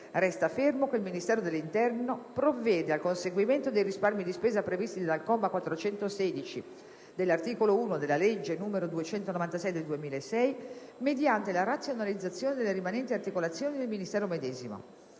«Resta fermo che il Ministero dell'interno provvede al conseguimento dei risparmi di spesa previsti dal comma 416 dell'articolo 1 della legge n. 296 del 2006 mediante la razionalizzazione delle rimanenti articolazioni del ministero medesimo».